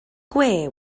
gwe